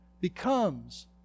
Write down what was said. becomes